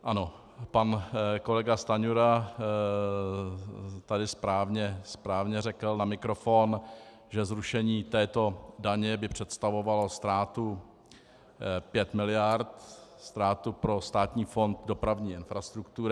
Ano, pan kolega Stanjura tady správně řekl na mikrofon, že zrušení této daně by představovalo ztrátu pět miliard, ztrátu pro Státní fond dopravní infrastruktury.